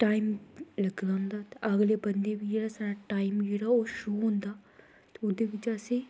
time लग्गना होंदा ते अगले बंदे गी जेह्ड़ा टाइम जेह्ड़ा ओ शुरू होंदा बिच्च असेंगी